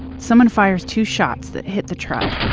someone fires two shots that hit the truck.